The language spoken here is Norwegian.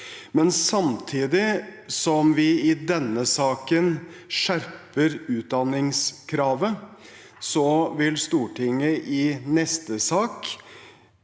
Men samtidig som vi i denne saken skjerper utdanningskravet, vil Stortinget i neste sak